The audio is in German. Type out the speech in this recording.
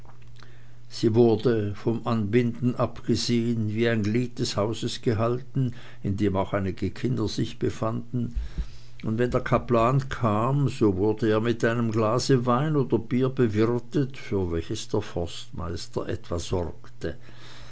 sie wurde vom anbinden abgesehen wie ein glied des hauses gehalten in dem auch einige kinder sich befanden und wenn der kaplan kam so wurde er mit einem glase wein oder bier bewirtet für welches der forstmeister etwa sorgte